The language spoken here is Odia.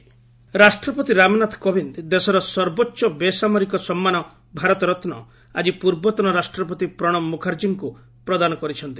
ପ୍ରେଜ୍ ଭାରତରତ୍ ରାଷ୍ଟ୍ରପତି ରାମନାଥ କୋବିନ୍ଦ ଦେଶର ସର୍ବୋଚ୍ଚ ବେସାମରିକ ସମ୍ମାନ ଭାରତରତ୍ନ ଆଜି ପୂର୍ବତନ ରାଷ୍ଟ୍ରପତି ପ୍ରଣବ ମୁଖାର୍ଜୀଙ୍କୁ ପ୍ରଦାନ କରିଛନ୍ତି